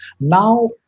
Now